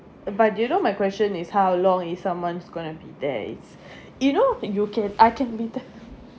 but do you know my question is how long if someone's going to be there is you know you can I can be